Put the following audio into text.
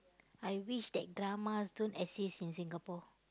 I wish that dramas don't exist in Singapore